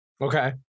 Okay